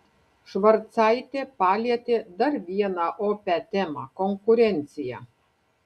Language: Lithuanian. švarcaitė palietė dar vieną opią temą konkurenciją